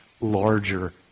larger